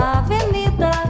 avenida